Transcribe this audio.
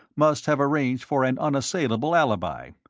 must have arranged for an unassailable alibi.